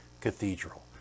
cathedral